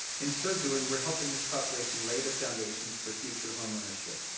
in so doing, we're helping this population lay the foundations for future homeownership.